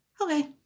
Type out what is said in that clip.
Okay